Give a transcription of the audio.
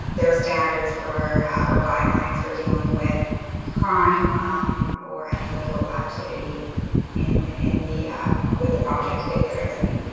their standards for our guidelines for dealing with crime or any illegal activity in in the with the project. if there is any.